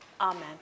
Amen